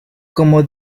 como